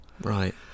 Right